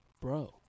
bro